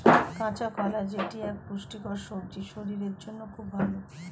কাঁচা কলা যেটি এক পুষ্টিকর সবজি শরীরের জন্য খুব ভালো